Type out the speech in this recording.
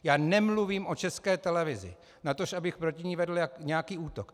Já nemluvím o České televizi, natož abych proti ní vedl nějaký útok.